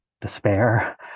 despair